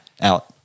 out